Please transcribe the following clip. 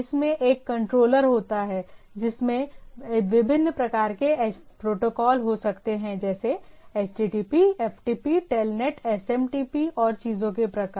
इसमें एक कंट्रोलर होता है जिसमें विभिन्न प्रकार के प्रोटोकॉल हो सकते हैं जैसे HTTP FTP TELNET SMTP और चीजों के प्रकार